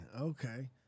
Okay